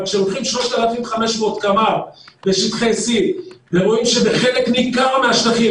אבל כשלוקחים 3,500 קמ"ר בשטחי C ורואים שבחלק ניכר מהשטחים,